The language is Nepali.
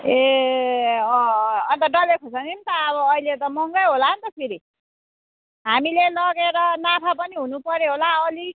ए अँ अँ अन्त डल्ले खोर्सानी पनि त अब अहिले त महँगै हेला नि त फेरि हामीले लगेर नाफा पनि हुनुपऱ्यो होला अलिक